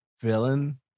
villain